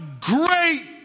great